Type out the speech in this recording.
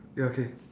ya okay